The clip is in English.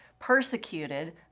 persecuted